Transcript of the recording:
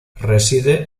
reside